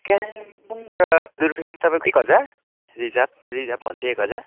कालिम्पोङबाट दुर्पिन तपाईँको एक हजार रिजर्भ रिजर्भ हो भने चाहिँ एक हजार